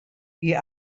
hie